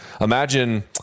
Imagine